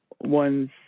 one's